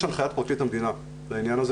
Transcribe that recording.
יש את הנחיית פרקליט המדינה בעניין הזה